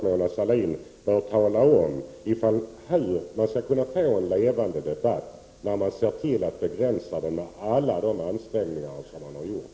Mona Sahlin bör också tala om hur man skall kunna få en levande debatt när man samtidigt försöker begränsa den på alla de sätt som här har skett.